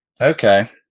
Okay